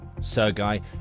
Sergei